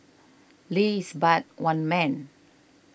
Lee is but one man